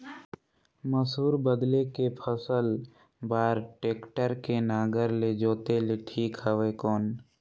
मसूर बदले के फसल बार टेक्टर के नागर ले जोते ले ठीक हवय कौन?